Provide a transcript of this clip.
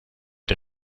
der